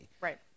Right